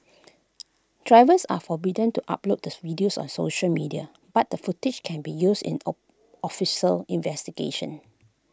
drivers are forbidden to upload this videos on social media but the footage can be used in O official investigations